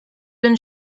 been